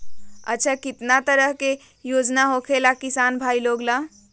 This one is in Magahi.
अच्छा कितना तरह के योजना होखेला किसान भाई लोग ला?